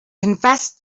confessed